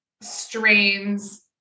strains